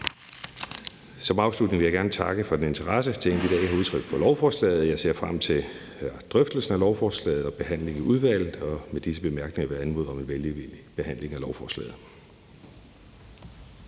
Som afslutning vil jeg gerne takke for den interesse, Tinget i dag har udtrykt for lovforslaget. Jeg ser frem til drøftelsen af lovforslaget og behandlingen i udvalget. Med disse bemærkninger vil jeg anmode om en velvillig behandling af lovforslaget.